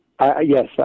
Yes